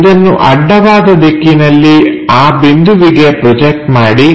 ಇದನ್ನು ಅಡ್ಡವಾದ ದಿಕ್ಕಿನಲ್ಲಿ ಆ ಬಿಂದುವಿಗೆ ಪ್ರೊಜೆಕ್ಟ್ ಮಾಡಿ